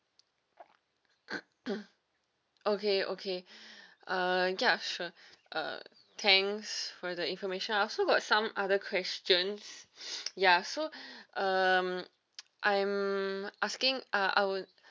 okay okay uh ya sure uh thanks for the information I also got some other questions ya so um I'm asking uh I would